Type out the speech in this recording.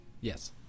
Yes